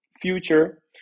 future